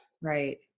Right